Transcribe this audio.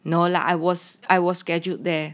no lah I was I was scheduled there